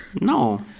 No